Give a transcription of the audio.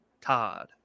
Todd